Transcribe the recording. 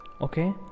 okay